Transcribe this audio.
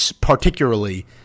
particularly